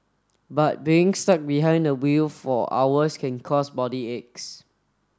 but being stuck behind the wheel for hours can cause body aches